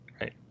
Right